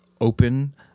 open